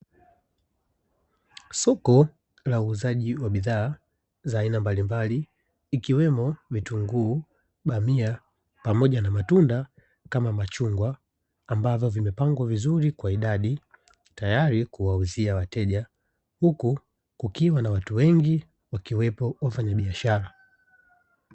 Soko la uuzaji wa bidhaa za aina mbalimbali ikiwemo; vitunguu, bamia pamoja na matunda kama machungwa, ambavyo vimepangwa vizuri kwa idadi tayari kuwauzia wateja. Huku kukiwa na watu wengi, wakiwepo wafanyabiashara.